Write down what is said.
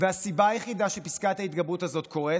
והסיבה היחידה שפסקת ההתגברות הזאת קורית,